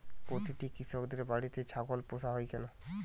প্রতিটি কৃষকদের বাড়িতে ছাগল পোষা হয় কেন?